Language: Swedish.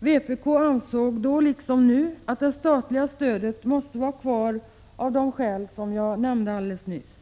Vpk ansåg då liksom nu, att det statliga stödet måste vara kvar, av de skäl som jag nämnde alldeles nyss.